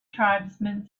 tribesman